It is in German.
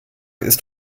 ist